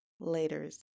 Laters